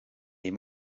est